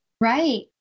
Right